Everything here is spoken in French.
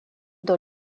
dans